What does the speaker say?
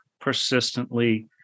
persistently